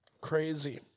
Crazy